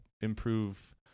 improve